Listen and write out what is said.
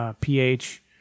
pH